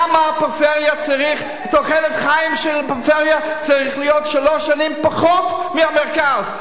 למה תוחלת החיים בפריפריה צריכה להיות שלוש שנים פחות מהמרכז?